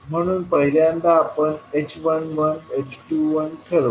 म्हणून पहिल्यांदा आपण h11 h21 ठरवू